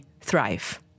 thrive